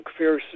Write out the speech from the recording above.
McPherson